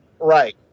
Right